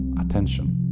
attention